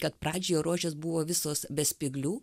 kad pradžioje rožės buvo visos be spyglių